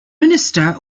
minister